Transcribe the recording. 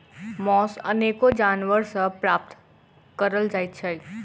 मौस अनेको जानवर सॅ प्राप्त करल जाइत छै